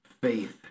faith